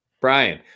Brian